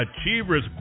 Achievers